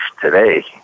today